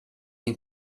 den